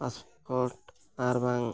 passport ᱟᱨᱵᱟᱝ